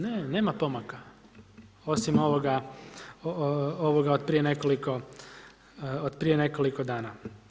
Ne, nema pomaka osim ovoga od prije nekoliko dana.